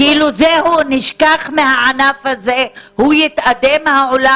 כאילו זהו, נשכח מהענף הזה, הוא יתאדה מהעולם